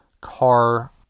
car